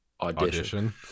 audition